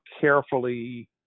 carefully